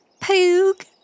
Poog